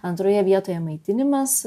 antroje vietoje maitinimas